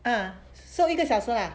ah so 一个小时 lah